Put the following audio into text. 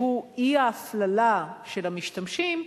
שהוא אי-הפללה של המשתמשים,